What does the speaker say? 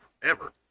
forever